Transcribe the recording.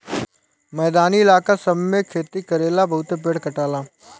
मैदानी इलाका सब मे खेती करेला बहुते पेड़ कटाला